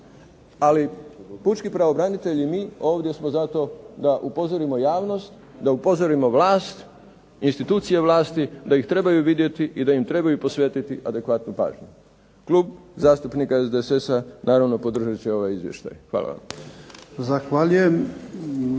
ali pučki pravobranitelj i mi smo ovdje zato da upozorimo javnost, da upozorimo vlast, institucije vlasi da ih trebaju vidjeti i da im trebaju posvetiti adekvatnu pažnju. Klub zastupnika SDSS-a naravno podržat će ovaj izvještaj. Hvala vam.